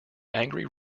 angry